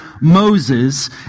Moses